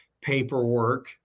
paperwork